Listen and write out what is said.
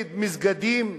נגד מסגדים,